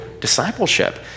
discipleship